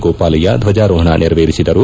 ಗೋಪಾಲಯ್ದ ಧ್ವಜಾರೋಹಣ ನೆರವೇರಿಸಿದರು